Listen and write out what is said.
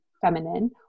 feminine